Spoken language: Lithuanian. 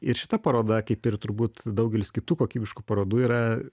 ir šita paroda kaip ir turbūt daugelis kitų kokybiškų parodų yra